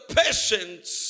patients